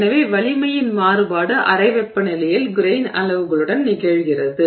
எனவே வலிமையின் மாறுபாடு அறை வெப்பநிலையில் கிரெய்ன் அளவுகளுடன் நிகழ்கிறது